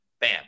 Bam